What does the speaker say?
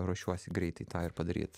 ruošiuosi greitai tą ir padaryt